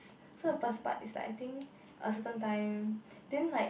so the first part is like I think a certain time then like